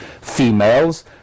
Females